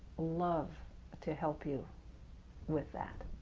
love to help you with that.